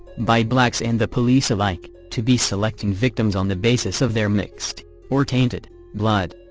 by blacks and the police alike, to be selecting victims on the basis of their mixed or tainted blood.